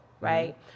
right